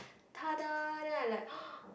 !tada! and then I like